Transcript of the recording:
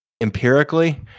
empirically